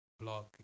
blog